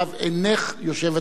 אינך יושבת-ראש האופוזיציה,